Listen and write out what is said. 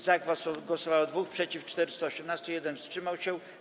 Za głosowało 2, przeciw - 418, 1 wstrzymał się.